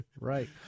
Right